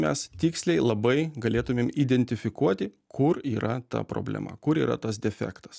mes tiksliai labai galėtumėm identifikuoti kur yra ta problema kur yra tas defektas